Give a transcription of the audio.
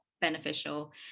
beneficial